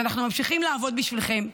אז אנחנו ממשיכים לעבוד בשבילכם,